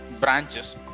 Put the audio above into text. branches